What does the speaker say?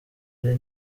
ari